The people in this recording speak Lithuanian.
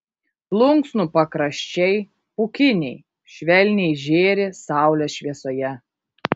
plunksnų pakraščiai pūkiniai švelniai žėri saulės šviesoje